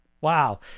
Wow